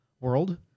world